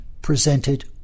presented